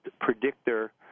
predictor